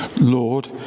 Lord